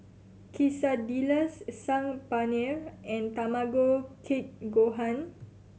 Quesadillas Saag Paneer and Tamago Kake Gohan